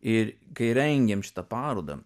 ir kai rengėm šitą parodą